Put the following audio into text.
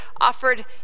offered